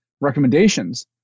recommendations